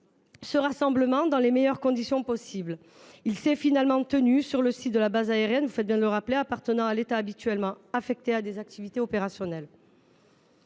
ce rassemblement dans les meilleures conditions possible. Celui ci s’est finalement tenu sur le site de la base aérienne, appartenant à l’État et habituellement affecté à des activités opérationnelles.